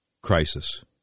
crisis